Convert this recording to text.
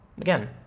Again